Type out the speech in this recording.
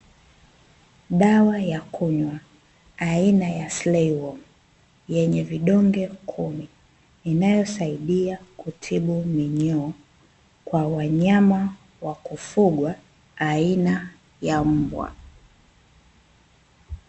Dawa ya kunywa aina ya Slayworm, yenye vidonge kumi, inayosaidia kutibu minyoo kwa wanyama wa kufugwa aina ya mbwa.